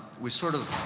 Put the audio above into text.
we sort of,